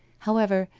however,